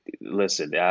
listen